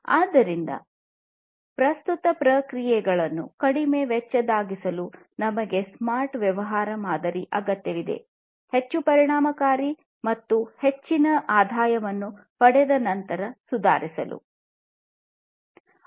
ಆದ್ದರಿಂದ ಪ್ರಸ್ತುತ ಪ್ರಕ್ರಿಯೆಗಳನ್ನು ಕಡಿಮೆ ವೆಚ್ಚದಾಯಕವಾಗಿಸಲು ಹೆಚ್ಚು ಪರಿಣಾಮಕಾರಿ ಮತ್ತು ಹೆಚ್ಚಿದ ಆದಾಯವನ್ನು ಪಡೆದಯಲು ನಮಗೆ ಸ್ಮಾರ್ಟ್ ವ್ಯವಹಾರ ಮಾದರಿ ಅಗತ್ಯವಿದೆ